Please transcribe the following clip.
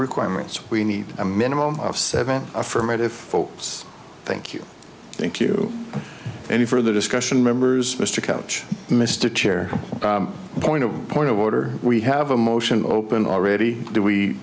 requirements we need a minimum of seven affirmative for us thank you thank you any further discussion members mr couch mr chair point of point of order we have a motion open already do we